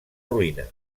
ruïna